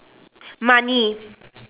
money